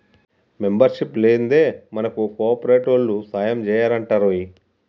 membership లేందే మనకు కోఆపరేటివోల్లు సాయంజెయ్యరటరోయ్